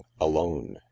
alone